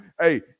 Hey